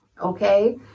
Okay